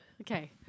Okay